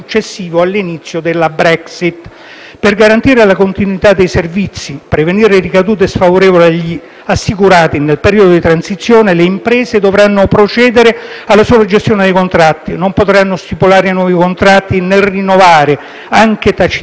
Per garantire la continuità dei servizi e prevenire ricadute sfavorevoli agli assicurati nel periodo di transizione le imprese dovranno procedere alla sola gestione dei contratti: non potranno stipulare nuovi contratti, né rinnovare, anche tacitamente, i contratti esistenti,